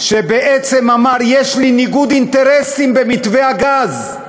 שבעצם אמר: "יש לי ניגוד אינטרסים במתווה הגז",